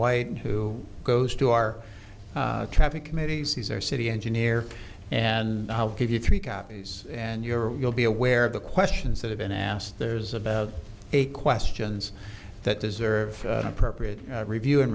white who goes to our traffic committees he's our city engineer and i'll give you three copies and you're you'll be aware of the questions that have been asked there's about a questions that deserve appropriate review